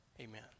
amen